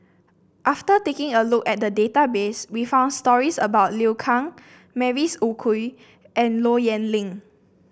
after taking a look at the database we found stories about Liu Kang Mavis Khoo Oei and Low Yen Ling